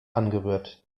angerührt